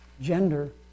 gender